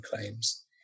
claims